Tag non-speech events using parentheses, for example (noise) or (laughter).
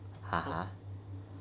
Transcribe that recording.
(laughs)